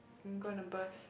I'm gonna burst